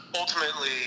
ultimately